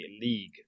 league